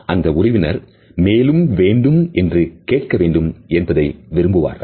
அந்த உறவினர் மேலும் வேண்டும் என்று கேட்க வேண்டும் என்பதை விரும்புவார்கள்